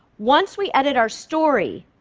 once we edit our story,